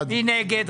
מי נגד?